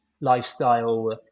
lifestyle